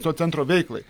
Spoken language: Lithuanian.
to centro veiklai